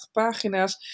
pagina's